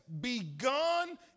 begun